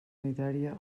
sanitària